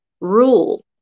rule